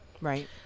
right